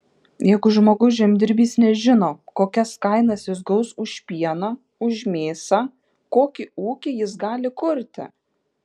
jeigu žmogus žemdirbys nežino kokias kainas jis gaus už pieną už mėsą kokį ūkį jis gali kurti